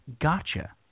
Gotcha